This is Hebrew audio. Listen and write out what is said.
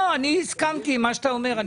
אני הסכמתי עם מה שאתה אומר.